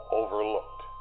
overlooked